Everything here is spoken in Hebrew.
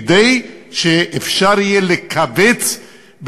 כדי שאפשר יהיה לכווץ,